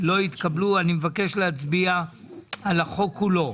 לא התקבלו, אני מבקש להצביע על החוק כולו.